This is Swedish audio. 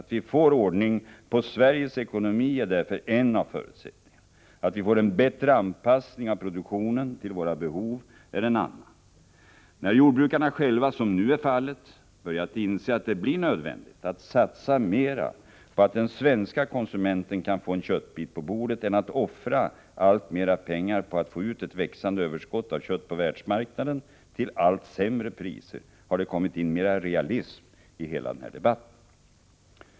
Att vi får ordning på Sveriges ekonomi är därför en av förutsättningarna. Att vi får en bättre anpassning av produktionen till våra behov är en annan. När jordbrukarna själva, som nu är fallet, börjat inse att det blir nödvändigt att i högre grad satsa på att den svenske konsumenten kan få en köttbit på bordet än att offra alltmera pengar på att få ut ett växande överskott av kött på världsmarknaden till allt sämre priser, har det kommit in mera realism i debatten.